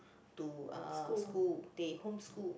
to uh school they home school